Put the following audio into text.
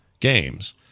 games